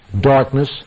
darkness